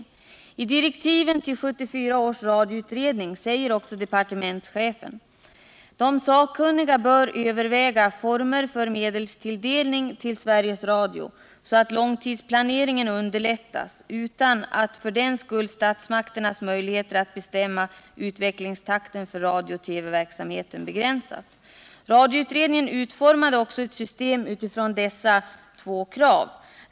I direktiven till 1974 års radioutredning sade departementschefen: ”De sakkunniga bör överväga former för medelstilldelningen till Sveriges Radio så att långtidsplaneringen underlättas utan att för den skull statsmakternas möjligheter att bestämma utvecklingstakten för radiooch TV-verksamheten begränsas.” Radioutredningen utformade ett system utifrån dessa två krav.